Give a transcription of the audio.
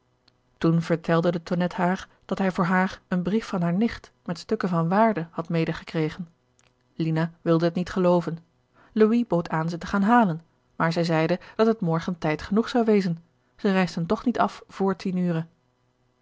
toen vertelde de tonnette haar dat hij voor haar een brief van hare nicht met stukken van waarde had medegekregen lina wilde het niet gelooven louis bood aan ze te gaan halen maar zij zeide dat het morgen tijd genoeg zou wezen zij reisden toch niet af voor tien ure